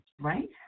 Right